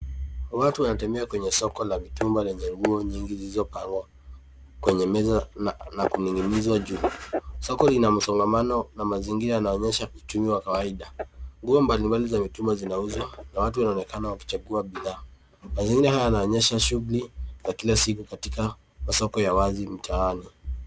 Watu wanatembea kwenye soko la mitumba lenye nguo nyingi zilizopangwa kwenye meza na kuning'inizwa juu. Soko lina msongamano na mazingira yanaonyesha uchumi wa kawaida. Nguo mbalimbali za mitumba zinauzwa na watu wanaonekana wakichagua bidhaa. Mazingira haya yanaonyesha shughuli za kila siku katika soko ya wazi mtaani.